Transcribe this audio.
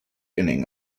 inning